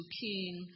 king